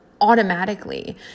automatically